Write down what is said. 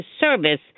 service